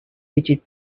rigid